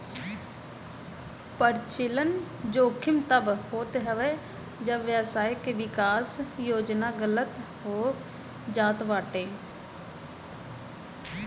परिचलन जोखिम तब होत हवे जब व्यवसाय के विकास योजना गलत हो जात बाटे